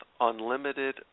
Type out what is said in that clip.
unlimited